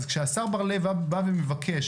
אז כשהשר בר לב בא ומבקש,